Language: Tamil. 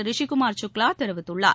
ரிஷிகுமார் சுக்லா தெரிவித்துள்ளார்